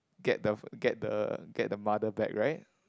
get the get the get the mother back right